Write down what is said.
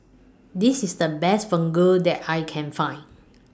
This IS The Best Fugu that I Can Find